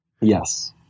Yes